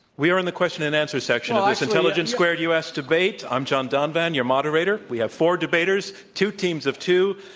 we are in the question and answer section of this intelligence squared u. s. debate. i'm john donvan, your moderator. we have four debaters, two teams of two,